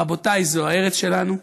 רבותיי, זו הארץ שלנו,